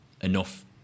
enough